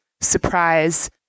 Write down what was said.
surprise